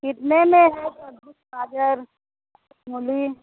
कितने में है सब्ज़ी गाजर मूली